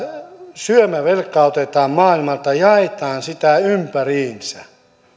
syömävelkaa otetaan maailmalta jaetaan sitä ympäriinsä